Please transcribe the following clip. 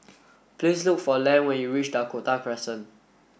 please look for Len when you reach Dakota Crescent